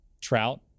Trout